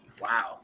wow